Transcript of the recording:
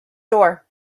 door